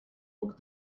woke